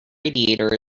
radiator